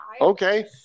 Okay